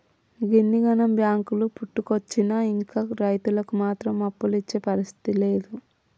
గిన్నిగనం బాంకులు పుట్టుకొచ్చినా ఇంకా రైతులకు మాత్రం అప్పులిచ్చే పరిస్థితి లేదు